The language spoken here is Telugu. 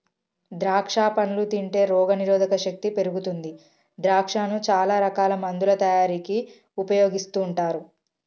ద్రాక్షా పండ్లు తింటే రోగ నిరోధక శక్తి పెరుగుతుంది ద్రాక్షను చాల రకాల మందుల తయారీకి ఉపయోగిస్తుంటారు